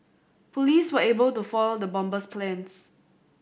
police were able to foil the bomber's plans